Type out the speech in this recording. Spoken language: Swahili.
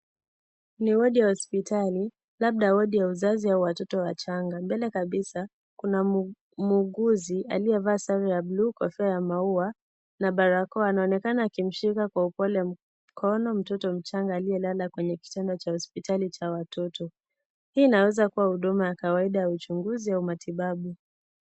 Ni wodi ya hospitali labda wodi ya uzazi au watoto wachanga. Mbele kabisa kuna muuguzi aliyevaa sare ya buluu kofia ya maua na barakoa anaonekana akimshika kwa upole mkono mtoto mchanga aliyelala kwenye kitanda cha hospitali cha watoto. Hii inaweza kuwa huduma ya kawaida ya uchunguzi au matibabu.